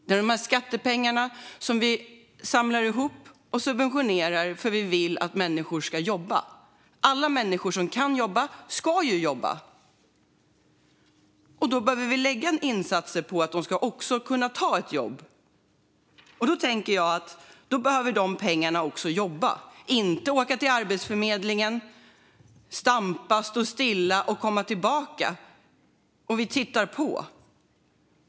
Vi samlar ihop skattepengar och subventionerar för att vi vill att människor ska jobba. Alla människor som kan jobba ska ju jobba, och då behöver vi ha insatser för att de också ska kunna ta ett jobb. Då tänker jag att dessa pengar också behöver jobba, inte åka till Arbetsförmedlingen, stampa, stå stilla och komma tillbaka medan vi tittar på.